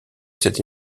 cette